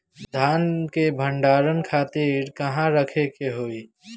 धान के भंडारन खातिर कहाँरखे के होई?